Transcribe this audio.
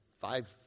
five